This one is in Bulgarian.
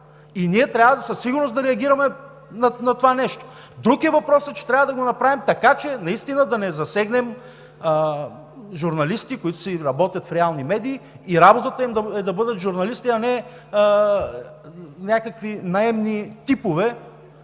и ние трябва със сигурност да реагираме на това нещо. Друг е въпросът, че трябва да го направим така, че наистина да не засегнем журналисти, които работят в реални медии и работата им е да бъдат журналисти, а не някакви наемни типове,